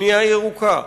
בנייה ירוקה,